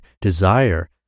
desire